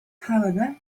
however